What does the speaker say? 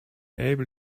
able